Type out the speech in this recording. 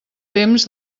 temps